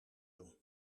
doen